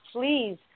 please